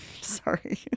sorry